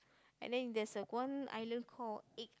and then there's a one island called egg